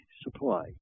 supply